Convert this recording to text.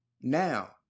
now